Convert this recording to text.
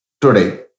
today